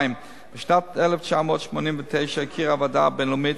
2. בשנת 1989 הכירה הוועדה הבין-לאומית